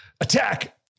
Attack